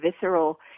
visceral